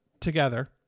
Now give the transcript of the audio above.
together